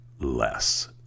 less